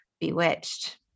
bewitched